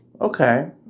Okay